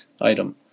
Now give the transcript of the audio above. item